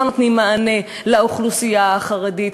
שלא נותנים מענה לאוכלוסייה החרדית.